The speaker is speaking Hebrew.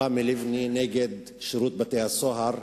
רמי לבני נגד שירות בתי-הסוהר,